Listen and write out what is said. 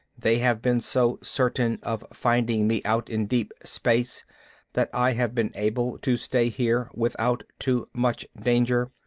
they have been so certain of finding me out in deep space that i have been able to stay here without too much danger.